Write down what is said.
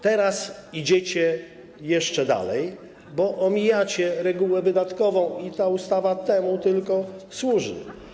Teraz idziecie jeszcze dalej, bo omijacie regułę wydatkową, bo ta ustawa tylko temu służy.